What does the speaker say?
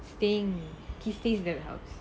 staying he stays that house